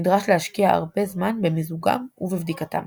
נדרש להשקיע הרבה זמן במיזוגם ובבדיקתם.